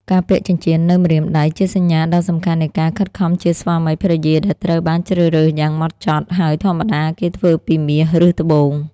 ការពាក់ចិញ្ចៀននៅម្រាមដៃ ជាសញ្ញាដ៏សំខាន់នៃការខិតខំជាស្វាមីភរិយា ដែលត្រូវបានជ្រើសរើសយ៉ាងម៉ត់ចត់ ហើយធម្មតាគេធ្វើពីមាស ឬត្បូង។